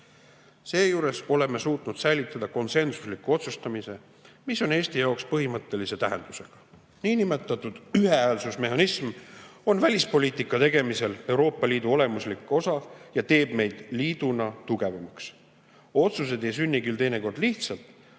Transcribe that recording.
Seejuures oleme suutnud säilitada konsensusliku otsustamise, mis on Eesti jaoks põhimõttelise tähendusega. Niinimetatud ühehäälsusmehhanism on välispoliitika tegemisel Euroopa Liidu olemuslik osa ja teeb meid liiduna tugevamaks. Otsused ei sünni küll teinekord lihtsalt,